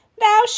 Thou